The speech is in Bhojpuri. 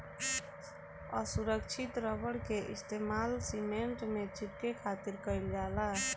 असुरक्षित रबड़ के इस्तेमाल सीमेंट में चिपके खातिर कईल जाला